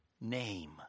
name